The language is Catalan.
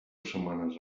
setmanes